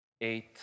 eight